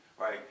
right